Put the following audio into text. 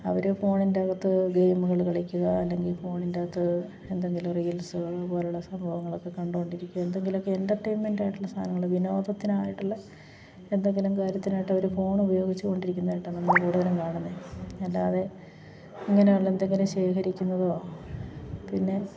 അവർ ഫോണിന്റെ അകത്ത് ഗെയിമുകൾ കളിക്കുക അല്ലെങ്കിൽ ഫോണിന്റെ അകത്ത് എന്തെങ്കിലും റീൽസുകൾ പോലുള്ള സംഭവങ്ങളൊക്കെ കണ്ടുകൊണ്ടിരിക്കും എന്തെങ്കിലും ഒക്കെ എൻറ്റർടെയ്ൻമെൻറ്റായിട്ടുള്ള സാധനങ്ങൾ വിനോദത്തിനായിട്ടുള്ള എന്തെങ്കിലും കാര്യത്തിനായിട്ടവർ ഫോൺ ഉപയോഗിച്ച് കൊണ്ടിരിക്കുന്നായിട്ടാണ് നമ്മൾ കൂടുതലും കാണുന്നത് അല്ലാതെ ഇങ്ങനെയുള്ള എന്തെങ്കിലും ശേഖരിക്കുന്നതോ പിന്നെ